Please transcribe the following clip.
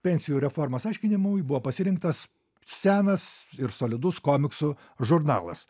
pensijų reformos aiškinimui buvo pasirinktas senas ir solidus komiksų žurnalas